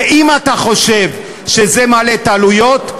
ואם אתה חושב שזה מעלה את העלויות,